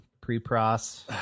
pre-pros